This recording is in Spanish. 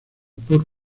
por